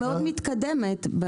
מאוד מתקדמת.